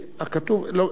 אתה רוצה לדבר?